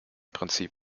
prinzip